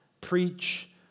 Preach